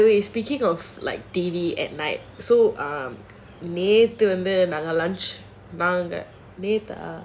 by the way is speaking of like T_V at night so like நேத்து வந்து:nethu vanthu